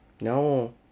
No